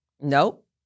Nope